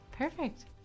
Perfect